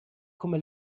come